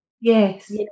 yes